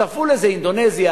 הצטרפו לזה אינדונזיה,